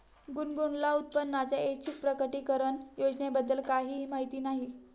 गुनगुनला उत्पन्नाच्या ऐच्छिक प्रकटीकरण योजनेबद्दल काहीही माहिती नाही